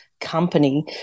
company